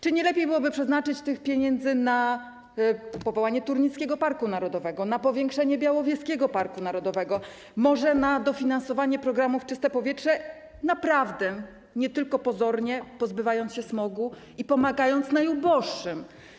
Czy nie lepiej byłoby przeznaczyć te pieniądze na powołanie Turnickiego Parku Narodowego, na powiększenie Białowieskiego Parku Narodowego, może na dofinansowanie programu „Czyste powietrze”, naprawdę, a nie tylko pozornie, pozbywając się smogu i pomagając najuboższym?